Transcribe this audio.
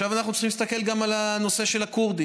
עכשיו אנחנו צריכים להסתכל גם על הנושא של הכורדים.